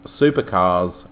supercars